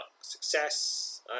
success